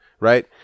Right